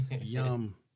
Yum